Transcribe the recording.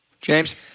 James